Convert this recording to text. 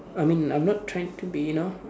I mean I'm not trying to be you know